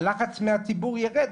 הלחץ מהציבור ירד.